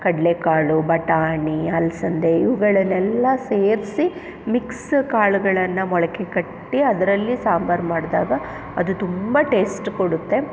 ಕಡಲೇಕಾಳು ಬಟಾಣಿ ಹಲಸಂದೇ ಇವುಗಳನ್ನೆಲ್ಲ ಸೇರಿಸಿ ಮಿಕ್ಸ್ ಕಾಳುಗಳನ್ನು ಮೊಳಕೆ ಕಟ್ಟಿ ಅದರಲ್ಲಿ ಸಾಂಬಾರು ಮಾಡಿದಾಗ ಅದು ತುಂಬ ಟೇಸ್ಟ್ ಕೊಡುತ್ತೆ